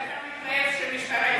אבל אתה מתחייב שהמשטרה תגיע.